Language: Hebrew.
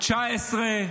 2019,